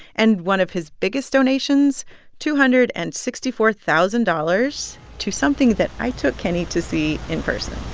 and one of his biggest donations two hundred and sixty four thousand dollars to something that i took kenny to see in person